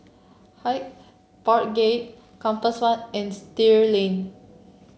Hyde Park Gate Compass One and Still Lane